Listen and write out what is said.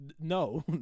No